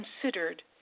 considered